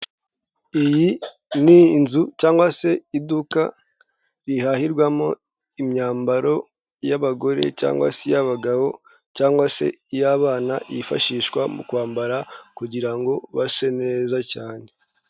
Iyi ni inzu cyangwa se iduka rihahirwamo imyambaro y'abagore cyangwa se iy'abagabo cyangwa se iy'abana, yifashishwa mu kwambara kugira ngo base neza cyane.